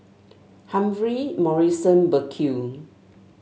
Humphrey Morrison Burkill